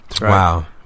wow